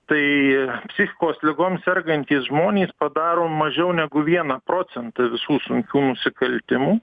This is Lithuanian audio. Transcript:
tai psichikos ligom sergantys žmonės padaro mažiau negu vieną procentą visų sunkių nusikaltimų